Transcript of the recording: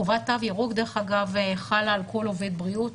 חובת תו ירוק דרך אגב חלה על כל עובד בריאות,